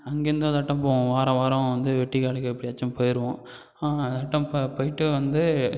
அங்கேருந்தும் அதாட்டம் போவோம் வார வாரம் வந்து வெட்டிக்காடுக்கு எப்படியாச்சும் போயிடுவோம் அதாட்டம் இப்போ போய்ட்டு வந்து